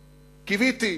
קיוויתי,